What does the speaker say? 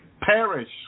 perish